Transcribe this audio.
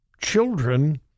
children